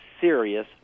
serious